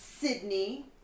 Sydney